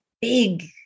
big